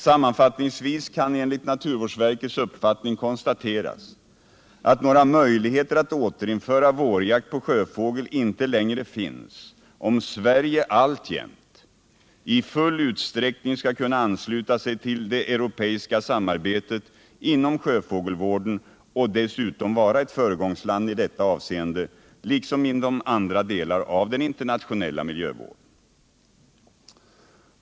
Sammanfattningsvis kan enligt naturvårdsverkets uppfattning konstateras att några möjligheter att återinföra vårjakt på sjöfågel inte längre finns om Sverige alltjämt i full utsträckning skall kunna ansluta sig till det europeiska samarbetet inom sjöfågelvården och dessutom vara ett föregångsland i detta avseende liksom inom andra delar av den internationella miljövården.